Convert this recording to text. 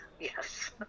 Yes